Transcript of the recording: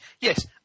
Yes